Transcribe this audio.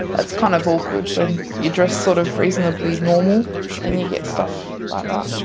it's kind of awkward when you dress sort of reasonably normal and you get stuff um ah